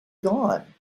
gone